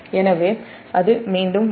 எனவே அது மீண்டும் வரும்